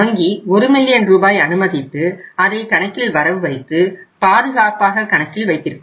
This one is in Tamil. வங்கி ஒரு மில்லியன் ரூபாய் அனுமதித்து அதை கணக்கில் வரவு வைத்து பாதுகாப்பாக கணக்கில் வைத்திருக்கும்